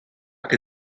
que